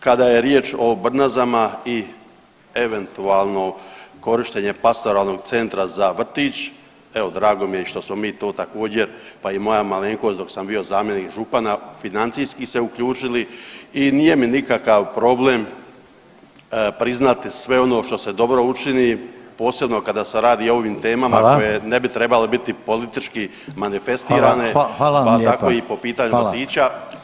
Kada je riječ o Brnazama i eventualno korištenje pastoralnog centra za vrtić, evo drago mi je i što smo mi tu također, pa i moja malenkost dok sam bio zamjenik župana financijski se uključili i nije mi nikakav problem priznati sve ono što se dobro učini posebno kada se radi [[Upadica: Hvala.]] o ovim temama koje ne bi trebale biti politički manifestirane [[Upadica: Hvala, hvala vam lijepa.]] pa tako i po pitanju [[Upadica: Hvala.]] vrtića